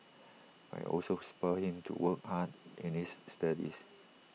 but IT also spurred him to work hard in his studies